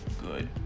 good